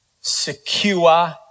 secure